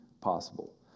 possible